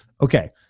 Okay